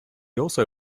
also